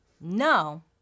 No